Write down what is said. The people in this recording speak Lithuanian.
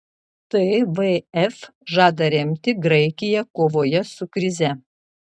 tvf žada remti graikiją kovoje su krize